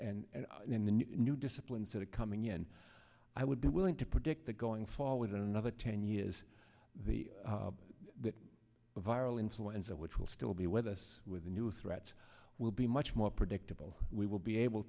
and and in the new disciplines that are coming in i would be willing to predict that going forward another ten years the viral influenza which will still be with us with the new threats will be much more predictable we will be able